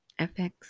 fx